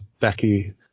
Becky